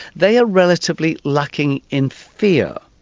they are relatively lacking in fear.